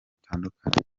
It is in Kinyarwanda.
bitandukanye